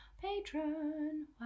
patron